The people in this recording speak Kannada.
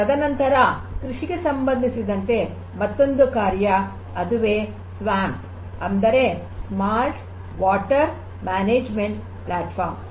ತದನಂತರ ಕೃಷಿಗೆ ಸಂಬಂಧಿಸಿದಂತೆ ಮತ್ತೊಂದು ಕಾರ್ಯ ಅದುವೇ ಸ್ವಾಂಪ್ ಅಂದರೆ ಸ್ಮಾರ್ಟ್ ವಾಟರ್ ಮ್ಯಾನೇಜ್ಮೆಂಟ್ ಪ್ಲಾಟ್ಫಾರ್ಮ್